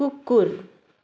कुकुर